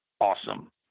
awesome